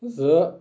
زٕ